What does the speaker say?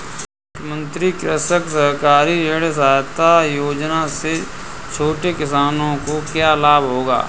मुख्यमंत्री कृषक सहकारी ऋण सहायता योजना से छोटे किसानों को क्या लाभ होगा?